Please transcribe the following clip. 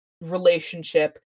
relationship